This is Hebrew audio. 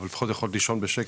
אבל לפחות יכולת לישון בשקט.